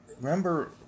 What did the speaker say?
remember